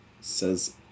says